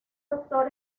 doctor